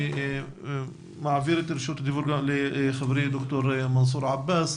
אני מעביר את רשות הדיבור לחברי דוקטור מנסור עבאס,